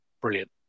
brilliant